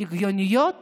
הגיוניות